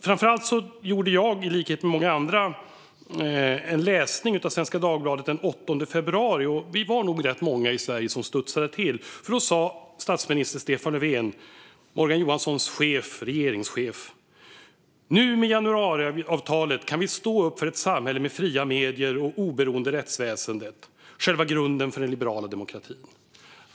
Framför allt läste jag, i likhet med många andra, Svenska Dagbladet den 8 februari, och vi var nog rätt många i Sverige som studsade till. Där sa nämligen statsminister Stefan Löfven - Morgan Johanssons chef samt regeringschef - så här: "Nu med januariavtalet kan vi stå upp för ett samhälle med fria medier och oberoende rättsväsendet, själva grunden för den liberala demokratin."